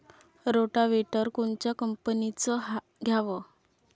Rotavator कोनच्या कंपनीचं घ्यावं?